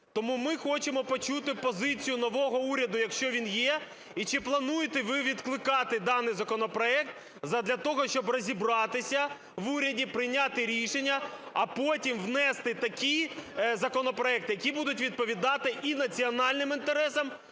Тому ми хочемо почути позицію нового уряду, якщо вона є, і чи плануєте ви відкликати даний законопроект задля того, щоб розібратися в уряді, прийняти рішення, а потім внести такий законопроект, який буде відповідати і національним інтересам,